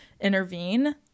intervene